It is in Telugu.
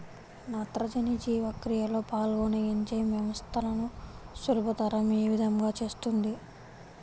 నత్రజని జీవక్రియలో పాల్గొనే ఎంజైమ్ వ్యవస్థలను సులభతరం ఏ విధముగా చేస్తుంది?